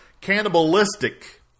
cannibalistic